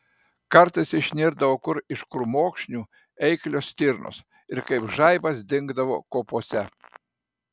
kartais išnirdavo kur iš krūmokšnių eiklios stirnos ir kaip žaibas dingdavo kopose